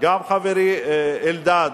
גם חברי אלדד,